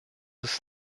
ist